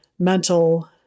mental